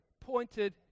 pointed